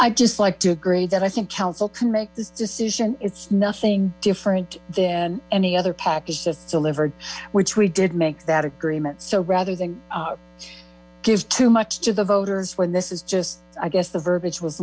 i'd just like to agree that i think counsel can make this decision it's nothing different than any other package just delivered which we did make that agreement so rather than give too much to the voters when this is just i guess the verbiage was